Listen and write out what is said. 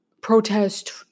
protest